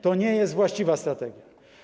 To nie jest właściwa strategia.